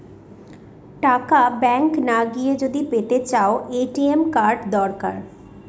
টাকা ব্যাঙ্ক না গিয়ে যদি পেতে চাও, এ.টি.এম কার্ড দরকার